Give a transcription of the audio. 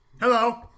Hello